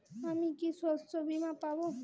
আমি কি শষ্যবীমা পাব?